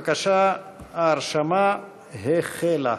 בבקשה, ההרשמה החלה.